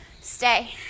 stay